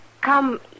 come